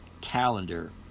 calendar